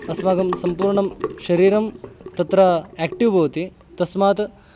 अस्माकं सम्पूर्णं शरीरं तत्र एक्टिव् भवति तस्मात्